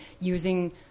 using